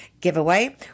giveaway